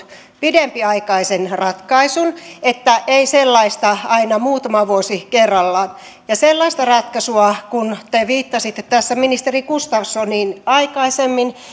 pidempiaikaisen ratkaisun että ei sellaista aina muutama vuosi kerrallaan ja sellaista ratkaisua kun te viittasitte tässä ministeri gustafssoniin aikaisemmin